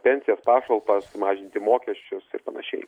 pensijas pašalpas mažinti mokesčius ir panašiai